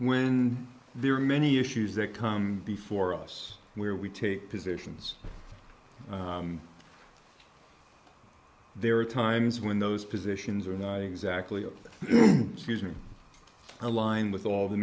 when there are many issues that come before us where we take positions there are times when those positions are not exactly aligned with all the